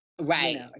Right